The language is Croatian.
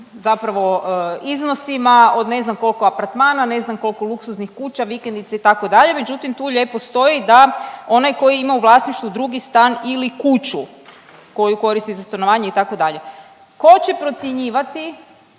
zapravo iznosima od ne znam kolko apartmana, ne znam kolko luksuznih kuća, vikendica itd. međutim tu lijepo stoji da onaj koji ima u vlasništvu drugi stan ili kuću koju koristi za stanovanje itd.. Ko će procjenjivati